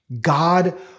God